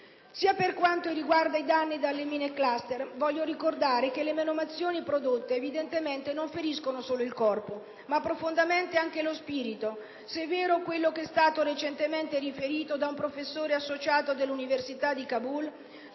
Per quanto riguarda i danni dalle mine *cluster,* voglio qui ricordare che le menomazioni prodotte evidentemente non feriscono solo il corpo, ma profondamente anche lo spirito, se è vero quello che è stato recentemente riferito da un professore associato dell'università di Kabul,